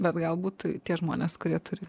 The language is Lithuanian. bet galbūt tie žmonės kurie turi